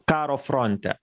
karo fronte